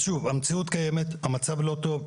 אז שוב, המציאות קיימת, המצב לא טוב.